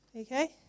Okay